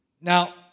Now